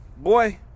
Boy